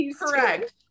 correct